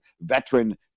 veteran